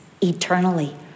eternally